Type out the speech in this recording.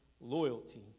loyalty